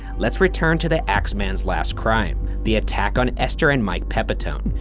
let's return to the axeman's last crime. the attack on esther and mike pepitone.